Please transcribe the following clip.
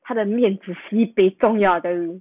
他的面子 sibei 重要 I tell you